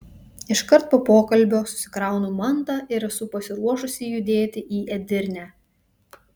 iškart po pokalbio susikraunu mantą ir esu pasiruošusi judėti į edirnę